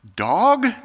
dog